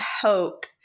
hope